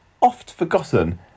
oft-forgotten